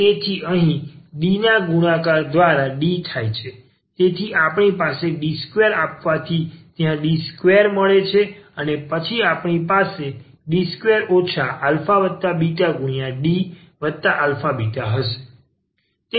તેથી અહીં D દ્વારા ગુણાકાર D થાય છે તેથી આપણી પાસે D2 આપવાથી ત્યાં D2મળે છે અને પછી આપણી પાસે D2 αβDαβ હશે